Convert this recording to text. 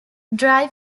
dry